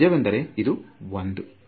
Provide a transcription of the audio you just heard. ನಿಜವೆಂದರೆ ಇದು 1